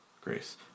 Grace